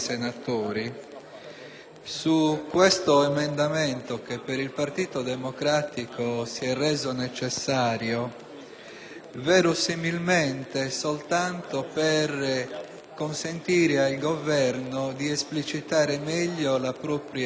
sull'emendamento 5.2, che per il Partito Democratico si è reso necessario verosimilmente soltanto per consentire al Governo di esplicitare meglio la propria volontà.